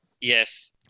Yes